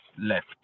left